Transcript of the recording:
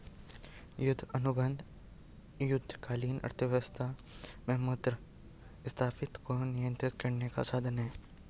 युद्ध अनुबंध युद्धकालीन अर्थव्यवस्था में मुद्रास्फीति को नियंत्रित करने का साधन हैं